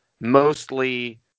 mostly